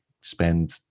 spend